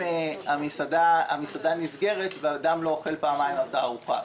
המסעדה נסגרת ואדם לא אוכל פעמיים אותה ארוחה,